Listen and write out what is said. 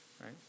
Right